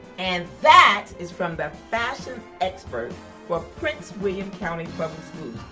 and that is from the fashion expert for prince william county public schools.